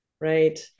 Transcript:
right